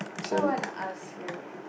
so I wanna ask you